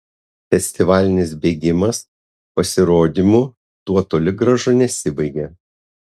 festivalinis bėgimas pasirodymu tuo toli gražu nesibaigė